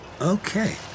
Okay